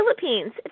Philippines